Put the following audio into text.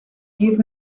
give